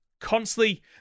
constantly